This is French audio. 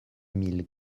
mille